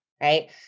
Right